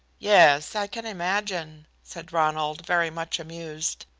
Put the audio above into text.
yes, i can imagine, said ronald, very much amused.